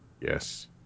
Yes